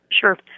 Sure